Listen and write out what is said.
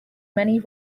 many